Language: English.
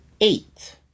eight